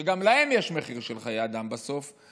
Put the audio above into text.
שגם להם יש מחיר של חיי אדם בסוף,